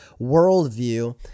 worldview